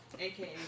AKA